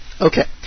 Okay